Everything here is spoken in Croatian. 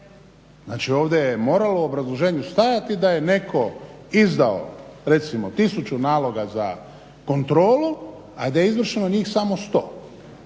Znači ovdje je moralo u obrazloženju stajati da je netko izdao recimo tisuću naloga za kontrolu, a da je izvršeno njih samo sto.